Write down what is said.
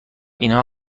اینها